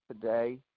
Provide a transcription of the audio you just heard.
today